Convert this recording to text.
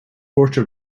porter